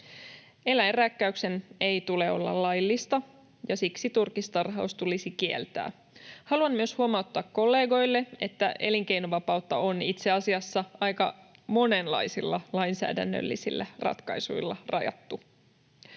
Eläinrääkkäyksen ei tule olla laillista, ja siksi turkistarhaus tulisi kieltää. Haluan myös huomauttaa kollegoille, että elinkeinonvapautta on itse asiassa aika monenlaisilla lainsäädännöllisillä ratkaisuilla rajattu.